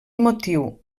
motiu